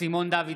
סימון דוידסון,